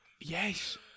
Yes